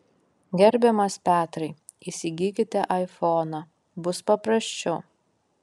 gerbiamas petrai įsigykite aifoną bus paprasčiau